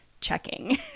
checking